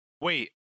Wait